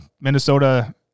Minnesota